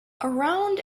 around